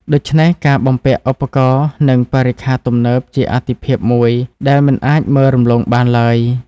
ដូច្នេះការបំពាក់ឧបករណ៍និងបរិក្ខារទំនើបជាអាទិភាពមួយដែលមិនអាចមើលរំលងបានឡើយ។